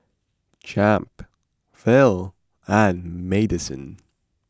Champ Phil and Madisen